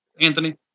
Anthony